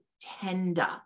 tender